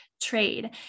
trade